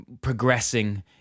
progressing